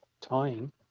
tying